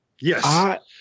Yes